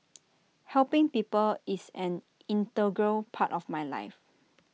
helping people is an integral part of my life